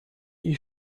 ich